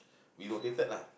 we rotated lah